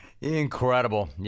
Incredible